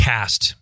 Cast